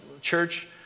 church